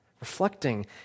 reflecting